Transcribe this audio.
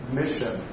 mission